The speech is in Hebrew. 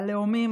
הלאומים,